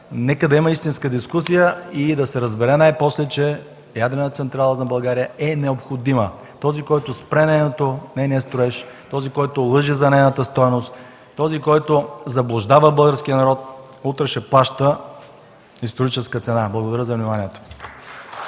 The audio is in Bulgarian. Нека да има истинска дискусия и да се разбере най-после, че ядрена централа на България е необходима. Този, който спре нейния строеж; този, който лъже за нейната стойност; този, който заблуждава българския народ, утре ще плаща историческа цена. Благодаря за вниманието.